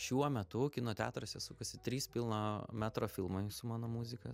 šiuo metu kino teatruose sukasi trys pilno metro filmai su mano muzika